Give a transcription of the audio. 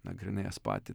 nagrinėjęs patį